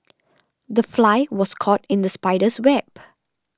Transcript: the fly was caught in the spider's web